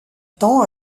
temps